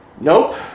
nope